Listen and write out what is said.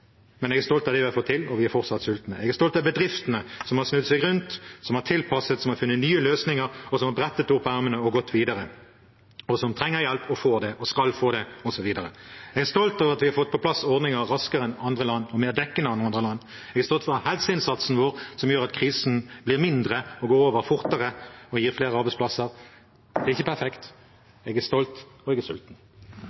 men jeg er stolt av det vi har fått til, og vi er fortsatt sultne. Jeg er stolt av bedriftene som har snudd seg rundt, som har tilpasset seg, som har funnet nye løsninger, og som har brettet opp ermene og gått videre, som trenger hjelp og får det, og skal få det også videre. Jeg er stolt av at vi har fått på plass ordninger raskere enn andre land og mer dekkende enn andre land. Jeg er stolt av helseinnsatsen vår, som gjør at krisen blir mindre og går over fortere og gir flere arbeidsplasser . Det er ikke perfekt,